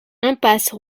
impasse